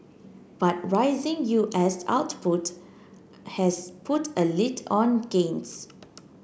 but rising U S output has put a lid on gains